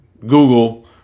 Google